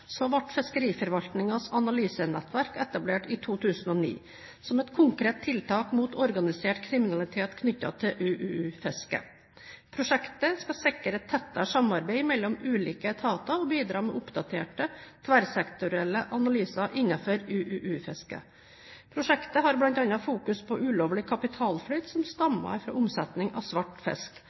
organisert kriminalitet knyttet til UUU-fiske. Prosjektet skal sikre tettere samarbeid mellom ulike etater og bidra med oppdaterte tverrsektorielle analyser innenfor UUU-fiske. Prosjektet har bl.a. fokus på ulovlig kapitalflyt som stammer fra omsetning av svart fisk,